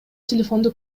телефонду